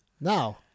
now